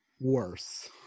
worse